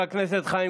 עושה.